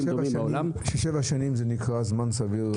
דומים בעולם --- אתה אומר ששבע שנים זה נקרא זמן סביר,